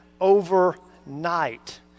overnight